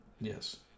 Yes